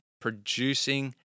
producing